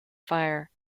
fire